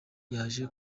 yaje